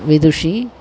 विदुषि